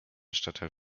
stadtteil